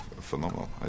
phenomenal